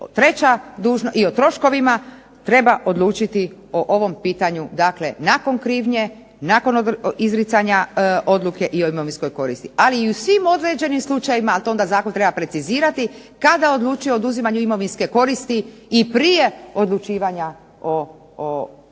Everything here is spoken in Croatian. i o troškovima treba odlučiti o ovom pitanju, dakle nakon krivnje, nakon izricanja odluke i o imovinskoj koristi. Ali i u svim određenim slučajevima, a to onda zakon treba precizirati kada odlučuje o oduzimanju imovinske koristi i prije odlučivanja o